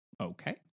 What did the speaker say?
okay